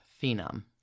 Phenom